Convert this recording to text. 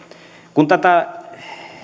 kun tätä